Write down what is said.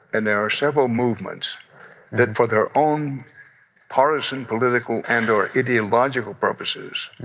and there are several movements that, for their own partisan, political and-or ideological purposes,